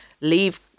leave